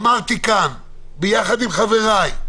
אמרתי כאן ביחד עם חבריי,